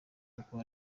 kuko